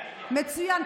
מצוין,